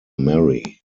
mary